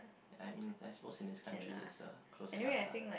I mean that suppose in his country is uh close enough lah